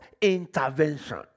intervention